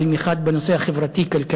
במיוחד בנושא החברתי-כלכלי,